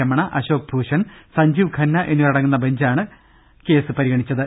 രമണ അശോക് ഭൂഷൺ സഞ്ജീവ് ഖന്ന എന്നിവരടങ്ങുന്ന ബെഞ്ചാണ് വിധി പറയുന്നത്